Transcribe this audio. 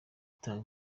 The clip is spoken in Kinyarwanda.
utanga